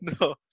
No